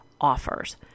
offers